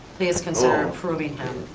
please consider approving him.